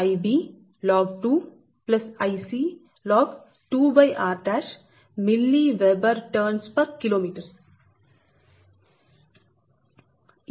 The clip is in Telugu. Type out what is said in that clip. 4605 Ib log 2 Ic log 2r mWb Tkm